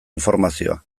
informazioa